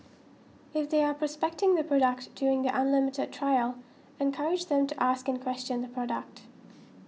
if they are prospecting the product during the unlimited trial encourage them to ask and question the product